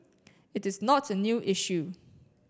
it is not a new issue